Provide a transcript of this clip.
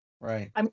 Right